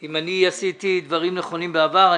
אם עשיתי דברים נכונים בעבר,